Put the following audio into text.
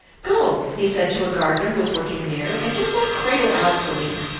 go, he said to a gardener who was working near, and get that cradle out for me.